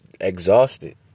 exhausted